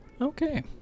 okay